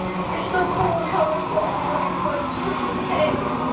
it's so cold. how am i still ending up with white chunks of egg?